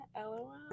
LOL